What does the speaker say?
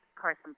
Carson